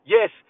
Yes